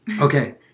Okay